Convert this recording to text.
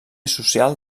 social